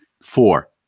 four